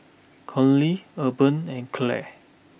Conley Urban and Claire